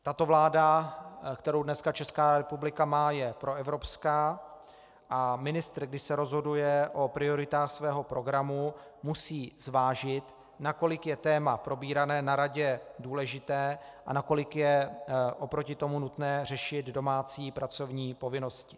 Tato vláda, kterou dneska Česká republika má, je proevropská a ministr, když se rozhoduje o prioritách svého programu, musí zvážit, nakolik je téma probírané na radě důležité a nakolik je oproti tomu nutné řešit domácí pracovní povinnosti.